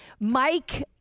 Mike